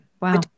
Wow